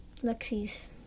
Lexi's